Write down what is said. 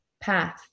path